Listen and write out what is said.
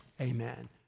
Amen